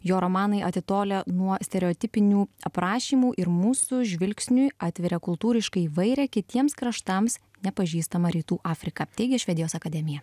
jo romanai atitolę nuo stereotipinių aprašymų ir mūsų žvilgsniui atveria kultūriškai įvairią kitiems kraštams nepažįstamą rytų afriką teigia švedijos akademija